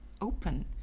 open